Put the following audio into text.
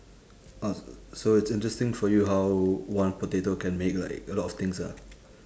oh so it's interesting for you how one potato can make like a lot of things ah